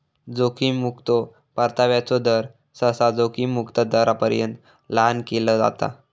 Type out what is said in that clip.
जोखीम मुक्तो परताव्याचो दर, सहसा जोखीम मुक्त दरापर्यंत लहान केला जाता